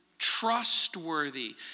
trustworthy